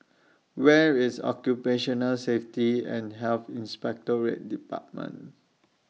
Where IS Occupational Safety and Health Inspectorate department